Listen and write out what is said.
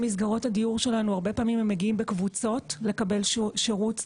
במסגרות הדיור שלנו הרבה פעמים הם מגיעים לקבל שירות בקבוצות,